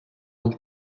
non